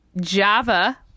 java